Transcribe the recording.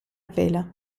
vela